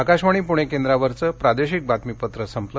आकाशवाणी पुणे केंद्रावरचं प्रादेशिक बातमीपत्र संपलं